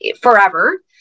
forever